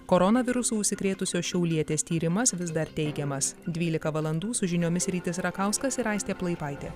koronavirusu užsikrėtusios šiaulietės tyrimas vis dar teikiamas dvylika valandų su žiniomis rytis rakauskas ir aistė plaipaitė